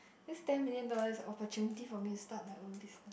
this ten million dollars is opportunity for me to start my own business